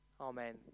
Amen